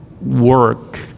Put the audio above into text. work